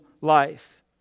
life